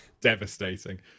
Devastating